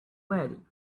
wearing